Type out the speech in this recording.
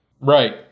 Right